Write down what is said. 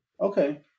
Okay